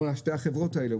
מול שתי החברות האלה,